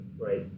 Right